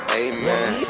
amen